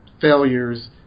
failures